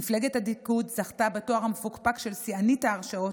מפלגת הליכוד זכתה בתואר המפוקפק של שיאנית ההרשעות,